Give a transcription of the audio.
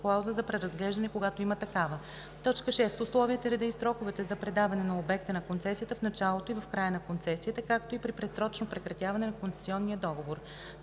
клауза за преразглеждане, когато има такава; 6. условията, реда и сроковете за предаване на обекта на концесията в началото и в края на концесията, както и при предсрочно прекратяване на концесионния договор;